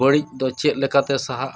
ᱵᱟᱹᱲᱤᱡ ᱫᱚ ᱪᱮᱫ ᱞᱮᱠᱟᱛᱮ ᱥᱟᱦᱟᱜᱼᱟ